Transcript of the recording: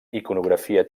iconografia